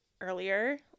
earlier